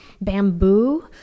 bamboo